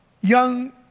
young